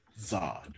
Zod